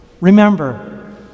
Remember